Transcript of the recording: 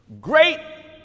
Great